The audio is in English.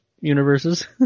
universes